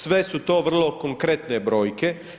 Sve su to vrlo konkretne brojke.